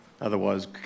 otherwise